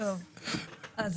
נמשיך בדיון.